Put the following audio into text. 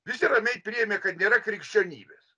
visi ramiai priėmė kad nėra krikščionybės